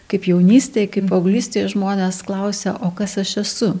kaip jaunystėj kaip paauglystėj žmonės klausia o kas aš esu